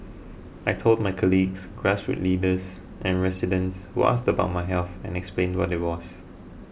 I told my colleagues grassroots leaders and residents who asked about my health and explained what it was